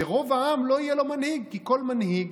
שרוב העם לא יהיה לו מנהיג, כי כל מנהיג,